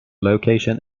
location